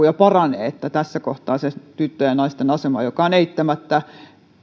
ja paranee ja tässä kohtaa tyttöjen ja naisten asema joka on eittämättä